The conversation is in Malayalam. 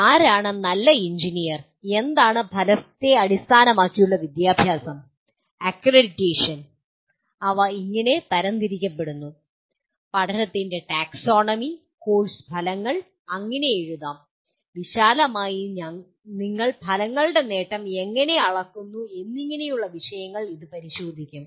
ആരാണ് നല്ല എഞ്ചിനീയർ എന്താണ് ഫലത്തെ അടിസ്ഥാനമാക്കിയുള്ള വിദ്യാഭ്യാസം അക്രഡിറ്റേഷൻ അവ എങ്ങനെ തരംതിരിക്കപ്പെടുന്നു പഠനത്തിന്റെ ടാക്സോണമി കോഴ്സ് ഫലങ്ങൾ എങ്ങനെ എഴുതാം വിശാലമായി നിങ്ങൾ ഫലങ്ങളുടെ നേട്ടം എങ്ങനെ അളക്കുന്നു എന്നിങ്ങനെയുള്ള വിഷയങ്ങൾ ഇത് പരിശോധിക്കും